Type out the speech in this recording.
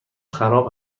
خراب